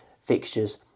fixtures